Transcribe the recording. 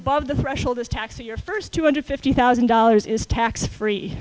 above the threshold is tax your first two hundred fifty thousand dollars is tax free